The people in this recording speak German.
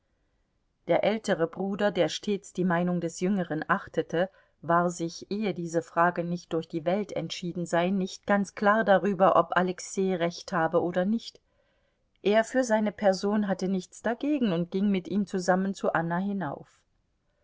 der ältere bruder der stets die meinung des jüngeren achtete war sich ehe diese frage nicht durch die welt entschieden sei nicht ganz klar darüber ob alexei recht habe oder nicht er für seine person hatte nichts dagegen und ging mit ihm zusammen zu anna hinauf